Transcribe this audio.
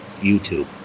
YouTube